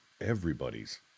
everybody's